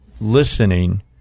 listening